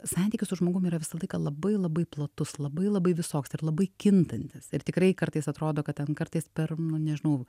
santykis su žmogum yra visą laiką labai labai platus labai labai visoks ir labai kintantis ir tikrai kartais atrodo kad ten kartais per nu nežinau